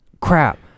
crap